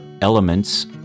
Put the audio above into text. elements